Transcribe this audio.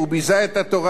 וכיבה מאור הדת,